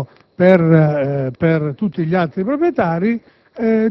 a quello stabilito per tutti gli altri proprietari,